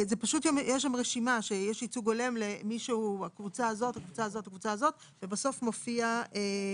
יש שם רשימה שיש ייצוג הולם למי שהוא מאחת מהקבוצות שרשומות בה.